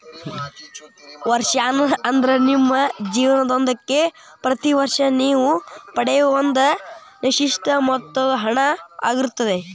ವರ್ಷಾಶನ ಅಂದ್ರ ನಿಮ್ಮ ಜೇವನದುದ್ದಕ್ಕೂ ಪ್ರತಿ ವರ್ಷ ನೇವು ಪಡೆಯೂ ಒಂದ ನಿಶ್ಚಿತ ಮೊತ್ತದ ಹಣ ಆಗಿರ್ತದ